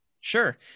Sure